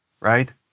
Right